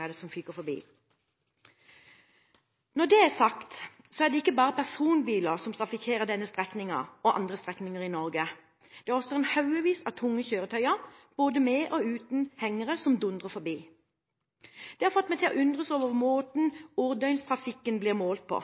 er det som fyker forbi. Når det er sagt, er det ikke bare personbiler som trafikkerer denne og andre strekninger i Norge. Det er også haugevis av tunge kjøretøyer, både med og uten hengere, som dundrer forbi. Det har fått meg til å undres over måten årsdøgntrafikken blir målt på.